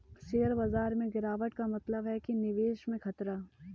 share बाजार में गिराबट का मतलब है कि निवेश में खतरा है